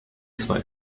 zwei